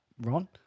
Ron